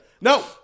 No